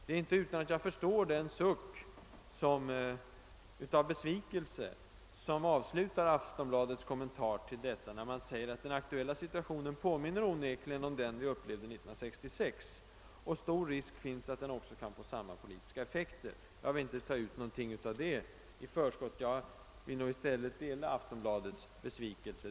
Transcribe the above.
Det är inte utan att jag förstår den suck av besvikelse som avslutar Aftonbladets kommentar till detta. Tidningen skriver att »den aktuella situationen onekligen påminner om den vi upplevde 1966. Stor risk finns också för att den kan få samma politiska effekter.» Men jag vill inte ta ut några sådana effekter i förskott. Jag delar Aftonbladets besvikelse.